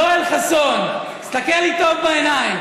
יואל חסון, תסתכל לי טוב בעיניים.